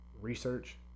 research